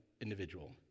individual